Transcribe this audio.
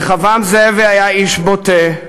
רחבעם זאבי היה איש בוטה,